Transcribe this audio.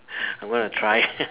I'm gonna try